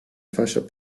fascia